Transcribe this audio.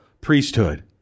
priesthood